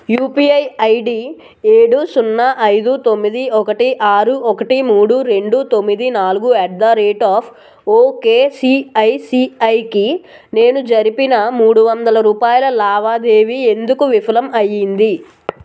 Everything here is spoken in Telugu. యుపిఐ ఐడి ఏడు సున్నా ఐదు తొమ్మిది ఒకటి ఆరు ఒకటి మూడు రెండు తొమ్మిది నాలుగు at the rate of okay సిఐసిఐకి నేను జరిపిన మూడు వందల రూపాయల లావాదేవీ ఎందుకు విఫలం అయ్యింది